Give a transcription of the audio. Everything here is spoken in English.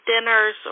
dinners